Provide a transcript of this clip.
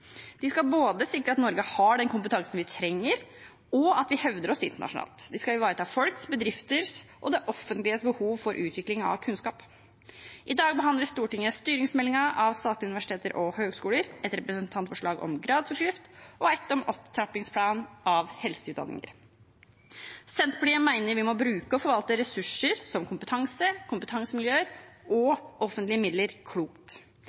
De skal både sikre at Norge har den kompetansen vi trenger, og at vi hevder oss internasjonalt. De skal ivareta folks, bedrifters og det offentliges behov for utvikling av kunnskap. I dag behandler Stortinget meldingen om styring av statlige universiteter og høyskoler, et representantforslag om gradsforskrift og et om opptrappingsplan for helseutdanningene. Senterpartiet mener at vi må bruke og forvalte ressurser som kompetanse, kompetansemiljøer og offentlige midler klokt.